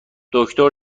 دکتر